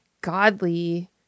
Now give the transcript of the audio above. godly